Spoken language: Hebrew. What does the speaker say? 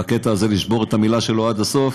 בקטע הזה, לשבור את המילה שלו עד הסוף,